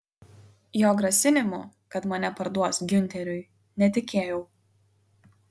jo grasinimu kad mane parduos giunteriui netikėjau